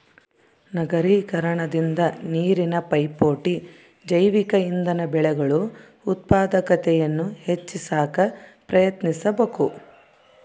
ನಗರೀಕರಣದಿಂದ ನೀರಿನ ಪೈಪೋಟಿ ಜೈವಿಕ ಇಂಧನ ಬೆಳೆಗಳು ಉತ್ಪಾದಕತೆಯನ್ನು ಹೆಚ್ಚಿ ಸಾಕ ಪ್ರಯತ್ನಿಸಬಕು